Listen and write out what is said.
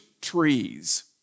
trees